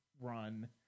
run